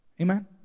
Amen